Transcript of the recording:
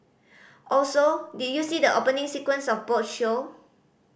also did you see the opening sequence of both show